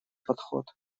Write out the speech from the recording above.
подход